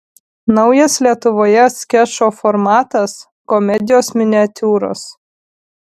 naujas lietuvoje skečo formatas komedijos miniatiūros